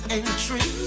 entry